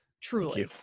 truly